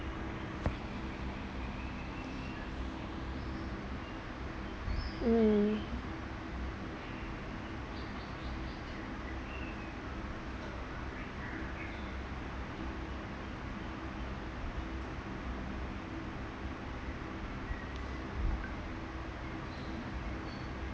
mm